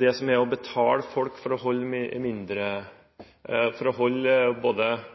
det som er å betale folk for å holde både minoritetsunger og andre unna barnehagen, er det regjeringen nettopp har lagt opp til – for ettåringer vel å